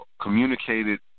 communicated